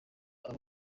abo